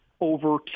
over